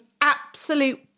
absolute